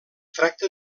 tracta